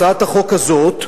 הצעת החוק הזו,